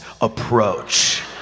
approach